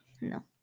No